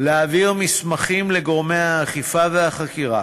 להעביר מסמכים לגורמי האכיפה והחקירה